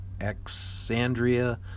Alexandria